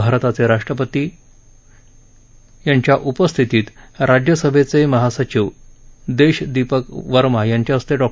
भारताचे उपराष्ट्रपती यांच्या उपस्थितीत राज्यसभेचे महासचिव देश दिपक वर्मा यांच्या हस्ते डॉ